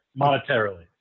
monetarily